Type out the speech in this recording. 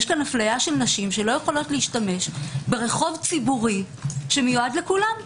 יש פה אפליית נשים שלא יכולות להשתמש ברחוב ציבורי שמיועד לכולם.